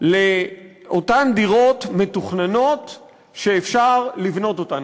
לאותן דירות מתוכננות שאפשר לבנות אותן.